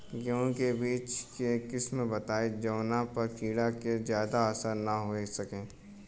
गेहूं के बीज के किस्म बताई जवना पर कीड़ा के ज्यादा असर न हो सके?